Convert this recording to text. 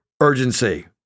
urgency